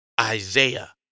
Isaiah